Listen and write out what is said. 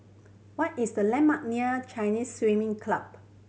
what is the landmark near Chinese Swimming Club